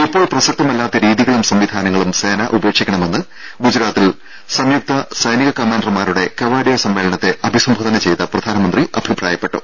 ഇപ്പോൾ പ്രസക്തമല്ലാത്ത രീതികളും സംവിധാനങ്ങളും സേന ഉപേക്ഷിക്കണമെന്ന് ഗുജറാത്തിൽ സംയുക്ത സൈനിക കമാൻഡർമാരുടെ കെവാഡിയ സമ്മേളനത്തെ അഭിസംബോധന ചെയ്ത പ്രധാനമന്ത്രി അഭിപ്രായപ്പെട്ടു